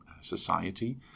society